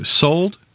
sold